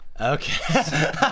Okay